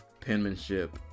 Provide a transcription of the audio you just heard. penmanship